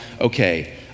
okay